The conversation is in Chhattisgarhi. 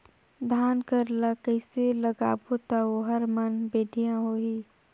धान कर ला कइसे लगाबो ता ओहार मान बेडिया होही?